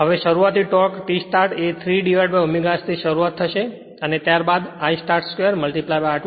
હવે શરૂઆતી torque T start એ 3 S થી શરૂઆત થશે અને ત્યારબાદ I starts 2 r2